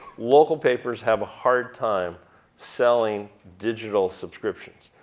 local papers have a hard time selling digital subscriptions.